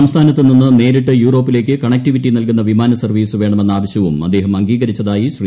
സംസ്ഥാനത്ത് നിന്ന് നേരിട്ട് യൂറോപ്പിലേക്ക് കണക്ടിവിറ്റി നൽകുന്ന വിമാനസർവ്വീസ് വേണമെന്ന ആവശ്യവും അദ്ദേഹം അംഗീകരിച്ചതായി ശ്രീ